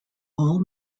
all